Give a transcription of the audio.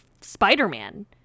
spider-man